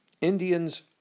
Indians